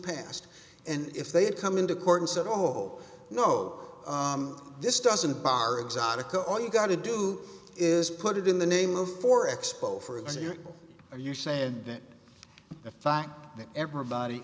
passed and if they had come into court and said oh no this doesn't bar exotica all you got to do is put it in the name of for expo for example are you saying that the fact that everybody